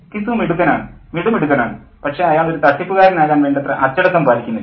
ഘിസു മിടുക്കനാണ് മിടുമിടുക്കനാണ് പക്ഷേ അയാൾ ഒരു തട്ടിപ്പുകാരനാകാൻ വേണ്ടത്ര അച്ചടക്കം പാലിക്കുന്നില്ല